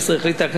החליטה הכנסת,